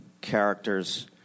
character's